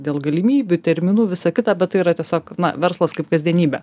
dėl galimybių terminų visą kitą bet tai yra tiesiog na verslas kaip kasdienybė